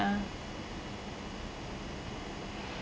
ya